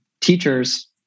teachers